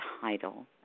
title